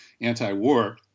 anti-war